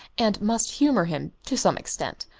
and must humour him to some extent.